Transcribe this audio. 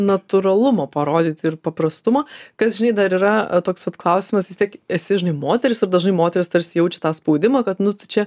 natūralumo parodyti ir paprastumo kas žinai dar yra toks vat klausimas vis tiek esi žinai moteris ir dažnai moterys tarsi jaučia tą spaudimą kad nu tu čia